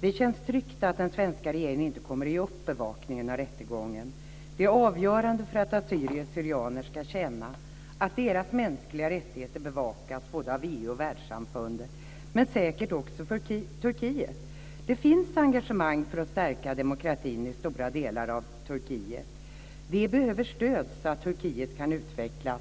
Det känns tryggt att den svenska regeringen inte kommer att ge upp bevakningen av rättegången. Det är avgörande för att assyrier/syrianer ska känna att deras mänskliga rättigheter bevakas både av EU och av världssamfundet, men säkert också för Turkiet. Det finns engagemang för att stärka demokratin i stora delar av Turkiet. Det behövs stöd så att Turkiet kan utvecklas